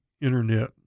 Internet